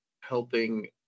helping